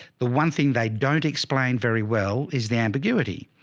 the one thing they don't explain very well is the ambiguity.